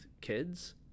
kids